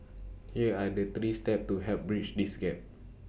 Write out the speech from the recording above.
here are the three steps to help bridge this gap